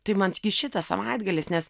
tai man šitas savaitgalis nes